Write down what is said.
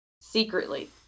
secretly